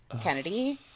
Kennedy